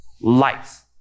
life